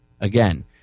again